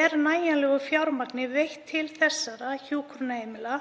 Er nægjanlegt fjármagn veitt til þeirra hjúkrunarheimila